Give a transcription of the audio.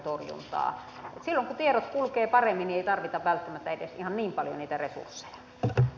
silloin kun tiedot kulkevat paremmin ei tarvita välttämättä edes ihan niin paljon niitä resursseja